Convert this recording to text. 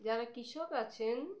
যারা কৃষক আছেন